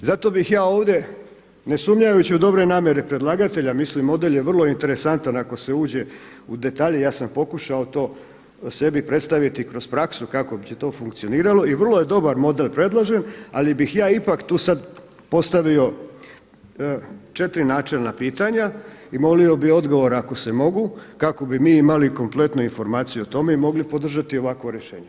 I zato bih ja ovdje, ne sumnjajući u dobre namjere predlagatelja, mislim ovdje je vrlo interesantan ako se uđe u detalje i ja sam pokušao to sebi predstaviti kroz praksu kako bi to funkcioniralo i vrlo je dobar model predložen, ali bih ja ipak tu sada postavio četiri načelna pitanja i molio bi odgovor ako se mogu, kako bi mi imali kompletnu informaciju o tome i mogli podržati ovakvo rješenje.